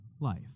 life